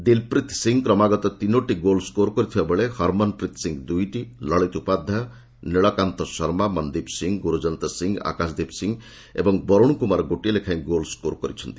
ଦିଲ୍ପ୍ରୀତ୍ ସିଂ କ୍ରମାଗତ ତିନୋଟି goal score କରିଥିଲାବେଳେ ହର୍ମନ୍ପ୍ରୀତ୍ ସିଂ ଦୁଇଟି ଲଳିତ ଉପାଧ୍ୟାୟ ନୀଳକାନ୍ତ ଶର୍ମା ମନ୍ଦୀପ୍ ସିଂ ଗୁର୍ଜନ୍ତ ସିଂ ଆକାଶଦୀପ ସିଂ ଓ ବରୁଣ କୁମାର ଗୋଟିଏ ଲେଖାଏଁ ସ୍କୋର କରିଛନ୍ତି